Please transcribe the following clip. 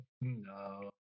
no